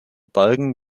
bergen